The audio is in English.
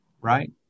Right